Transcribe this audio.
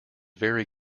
vary